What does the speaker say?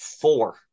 Four